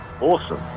awesome